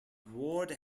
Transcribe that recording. ward